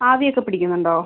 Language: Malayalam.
ആവിയൊക്കെ പിടിക്കുന്നുണ്ടോ